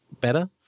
better